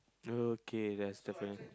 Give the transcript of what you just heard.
okay that's the friend